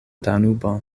danubo